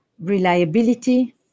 reliability